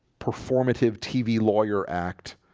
performative tv lawyer act